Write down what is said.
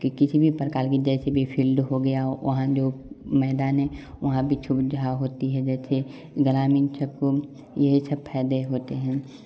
की किसी भी प्रकार की जैसे भी फील्ड हो गया वहाँ जो मैदान है वहाँ भी सुविधा होती है जैसे ग्रामीण सबको यही सब फायदे होते हैं